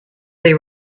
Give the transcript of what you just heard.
they